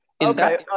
Okay